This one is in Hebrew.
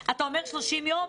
אתה אומר "30 יום"?